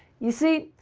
you see,